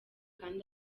kandi